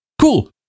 cool